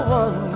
one